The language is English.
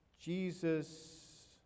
Jesus